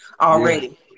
already